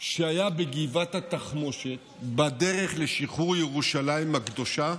שהיה בגבעת התחמושת בדרך לשחרור ירושלים הקדושה,